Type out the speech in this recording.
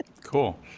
Cool